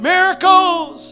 Miracles